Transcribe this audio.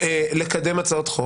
לקדם הצעות חוק.